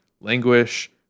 languish